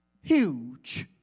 huge